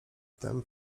wtem